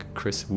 Chris